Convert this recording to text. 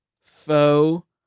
faux